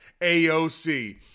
AOC